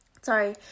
Sorry